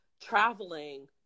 traveling